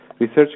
Research